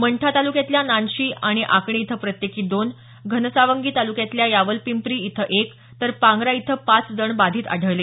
मंठा तालुक्यातल्या नानशी आणि आकणी इथं प्रत्येकी दोन घनसावंगी तालुक्यातल्या यावलपपिंपरी इथं एक तर पांगरा इथं पाच जण बाधित आढळले